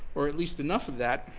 or at least enough of that,